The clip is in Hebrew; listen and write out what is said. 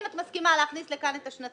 אם את מכניסה להכניס לכאן את השנתיים,